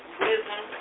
wisdom